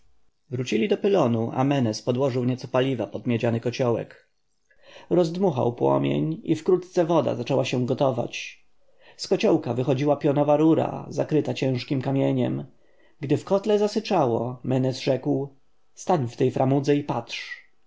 wrócili do pylonu a menes podłożył nieco paliwa pod miedziany kociołek rozdmuchał płomień i wkrótce woda zaczęła się gotować z kociołka wychodziła pionowo rura zakryta ciężkim kamieniem gdy w kotle zasyczało menes rzekł stań w tej framudze i patrz